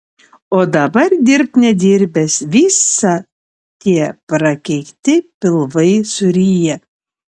o dabar dirbk nedirbęs visa tie prakeikti pilvai suryja